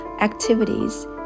activities